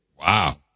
Wow